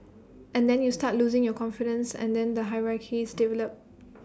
and then you start losing your confidence and then the hierarchies develop